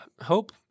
Hope